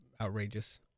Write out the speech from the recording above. outrageous